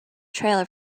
trailer